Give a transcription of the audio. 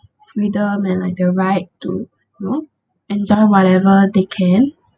freedom and like the right to you know enjoy whatever they can